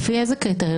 לפי איזה קריטריונים?